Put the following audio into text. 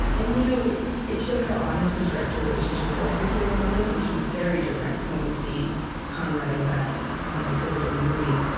and you know it showed how honest and direct your relationship was with your own mother, and which is very different from what we see conrad and beth exhibit in the movie.